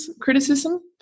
criticism